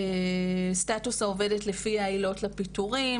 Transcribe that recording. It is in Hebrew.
סטטוס העובדת לפי העילות לפיטורים.